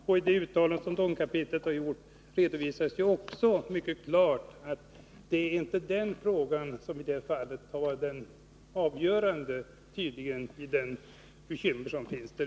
Och i det uttalande som domkapitlet har gjort redovisas också mycket klart att det inte är den frågan som har varit avgörande när det gäller de bekymmer man har där.